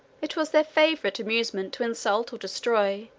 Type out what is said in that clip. it was their favorite amusement to insult, or destroy,